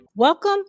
Welcome